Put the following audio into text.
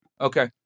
Okay